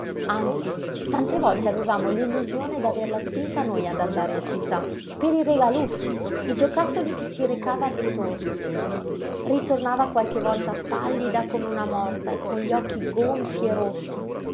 anzi tante volte avevamo l'illusione d'averla spinta noi ad andare in città per i regalucci i giocattoli che ci recava al ritorno ritornava qualche volta pallida come una morta e con gli occhi gonfi e rossi